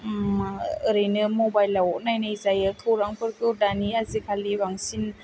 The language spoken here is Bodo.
ओरैनो मबाइलाव नाइनाय जायो खौरांफोरखौ दानिया आजिखालि बांसिन